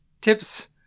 tips